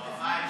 ברמה האישית.